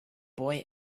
boy